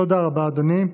תודה רבה, אדוני.